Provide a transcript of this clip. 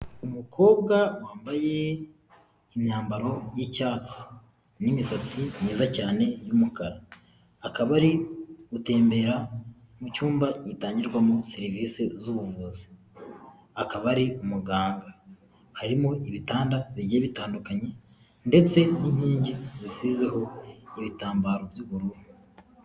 Umukobwa wambaye imyambaro y'icyatsi n'imisatsi myiza cyane y'umukara, akaba ari gutembera mu cyumba gitangirwamo serivisi z'ubuvuzi, akaba ari umuganga, harimo ibitanda bigiye bitandukanye ndetse n'inkingi zisizeho ibitambaro by'ubururu.